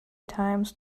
times